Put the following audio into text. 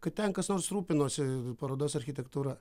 kad ten kas nors rūpinosi parodos architektūra